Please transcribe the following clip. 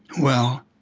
well,